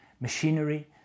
machinery